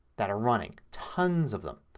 that are running. tons of them.